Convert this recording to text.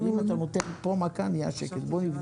עוד קצת לקרוא ולהתדיין ואם יהיו אחרי זה הסכמות גם נצביע.